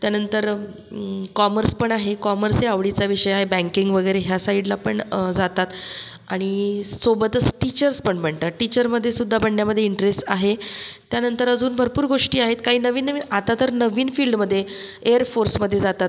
त्यानंतर कॉमर्स पण आहे कॉमर्सही आवडीचा विषय आहे बँकिंग वगैरे ह्या साईडला पण जातात आणि सोबतच टीचर्स पण बनतात टीचरमध्ये सुद्धा बनण्यामध्ये इंटरेस आहे त्यानंतर अजून भरपूर गोष्टी आहेत काही नवीन नवीन आता तर नवीन फील्डमध्ये एअरफोर्समध्ये जातात